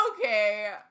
Okay